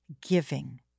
giving